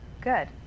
Good